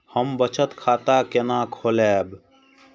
हम बचत खाता केना खोलैब?